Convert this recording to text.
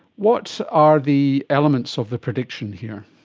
what are the elements of the prediction here?